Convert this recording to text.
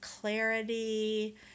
clarity